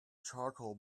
charcoal